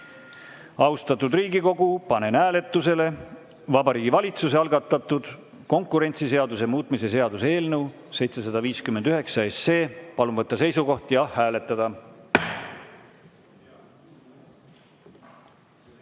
minna. Austatud Riigikogu, panen hääletusele Vabariigi Valitsuse algatatud konkurentsiseaduse muutmise seaduse eelnõu 759. Palun võtta seisukoht ja hääletada!